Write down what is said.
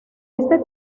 este